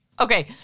Okay